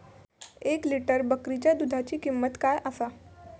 एक लिटर बकरीच्या दुधाची किंमत काय आसा?